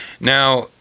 Now